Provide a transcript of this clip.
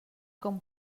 com